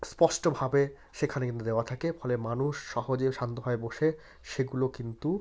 স্পষ্টভাবে সেখানে কিন্তু দেওয়া থাকে ফলে মানুষ সহজে ও শান্তভাবে বসে সেগুলো কিন্তু